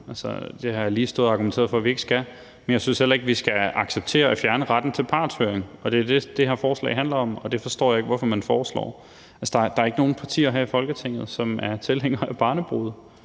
Det har jeg lige stået og argumenteret for at vi ikke skal. Men jeg synes heller ikke, at vi skal acceptere at fjerne retten til partshøring, og det er det, det her forslag handler om. Og det forstår jeg ikke hvorfor man foreslår. Altså, der er ikke nogen partier her i Folketinget, som er tilhængere af barnebrude,